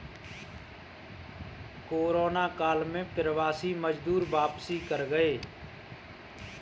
corona काल में प्रवासी मजदूर वापसी कर गए